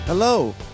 Hello